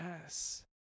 yes